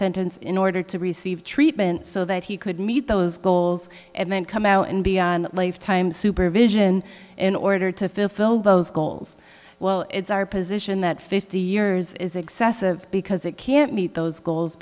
sentence in order to receive treatment so that he could meet those goals and then come out and beyond the lifetime supervision in order to fulfill those goals well it's our position that fifty years is excessive because it can't meet those goals